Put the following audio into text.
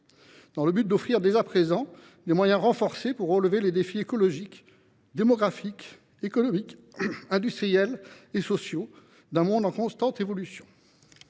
dans le but d’offrir dès à présent des moyens renforcés pour relever les défis écologiques, démographiques, économiques, industriels et sociaux d’un monde en constante évolution.